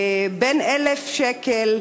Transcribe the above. בין 1,000 שקל